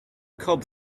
cobb